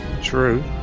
True